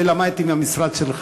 את זה למדתי מהמשרד שלך,